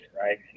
right